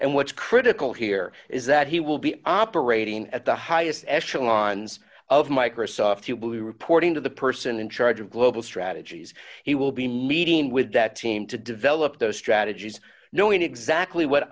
and what's critical here is that he will be operating at the highest echelons of microsoft you will be reporting to the person in charge of global strategies he will be meeting with that team to develop those strategies knowing exactly what